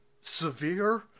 severe